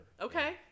Okay